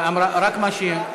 רק מה, רוצים עבודה,